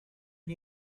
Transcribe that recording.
and